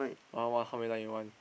one what how many line you want